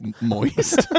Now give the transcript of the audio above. moist